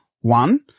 one